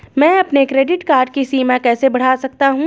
मैं अपने credit card की सीमा कैसे बढ़ा सकता हूँ?